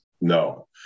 No